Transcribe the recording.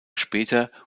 später